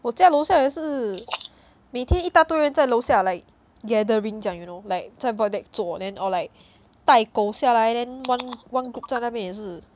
我家楼下也是每天一大堆人在楼下 like gathering 这样 you know like 在 void deck 坐 then or like 带狗下来 one one group 在那边也是